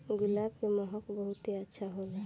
गुलाब के महक बहुते अच्छा होला